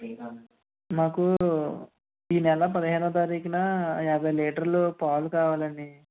నాకు ఈ నెల పదిహేనో తారీఖున యాభై లీటర్లు పాలు కావాలండీ